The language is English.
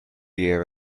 year